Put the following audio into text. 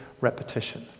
repetition